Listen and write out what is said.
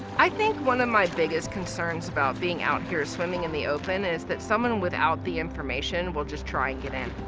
i think one of my biggest concerns about being out here swimming in the open is that someone without the information will just try and get in.